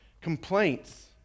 complaints